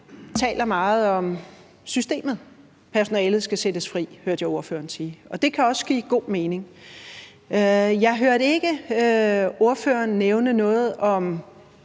taler meget om systemet – personalet skal sættes fri, hørte jeg ordføreren sige, og det kan også give god mening. Jeg hørte ikke ordføreren nævne noget om